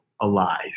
alive